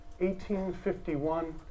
1851